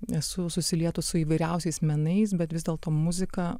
esu susilietus su įvairiausiais menais bet vis dėlto muzika